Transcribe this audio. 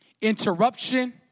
Interruption